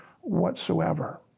whatsoever